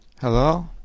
hello